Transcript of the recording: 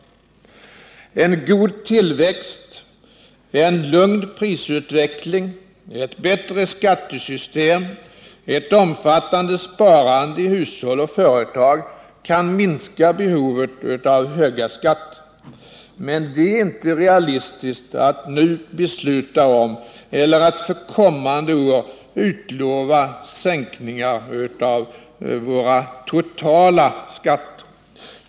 En god tillväxt, en lugn prisutveckling, ett bättre skattesystem, ett omfattande sparande i hushåll och företag kan minska behovet av höga skatter. Men det är inte realistiskt att nu besluta om eller att för kommande år utlova sänkningar av våra totala skatter.